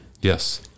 Yes